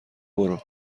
برو